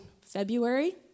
February